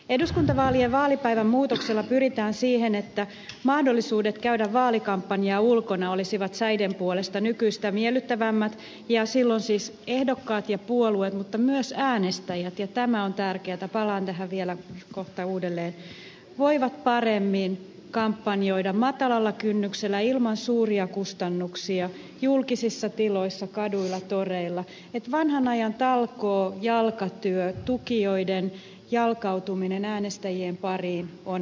eduskuntavaalien vaalipäivän muutoksella pyritään siihen että mahdollisuudet käydä vaalikampanjaa ulkona olisivat säiden puolesta nykyistä miellyttävämmät ja silloin siis ehdokkaat ja puolueet mutta myös äänestäjät ja tämä on tärkeätä palaan tähän vielä kohta uudelleen voivat paremmin kampanjoida matalalla kynnyksellä ilman suuria kustannuksia julkisissa tiloissa kaduilla toreilla että vanhanajan talkoo jalkatyö tukijoiden jalkautuminen äänestäjien pariin on mukavampaa